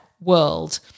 world